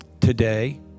today